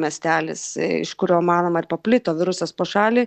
miestelis iš kurio manoma ir paplito virusas po šalį